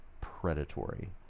predatory